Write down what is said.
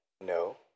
no